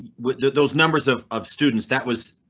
with those numbers of of students that was,